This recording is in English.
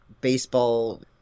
baseball